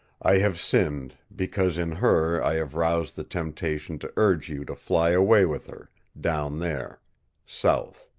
i have sinned, because in her i have roused the temptation to urge you to fly away with her down there south.